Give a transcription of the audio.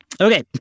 Okay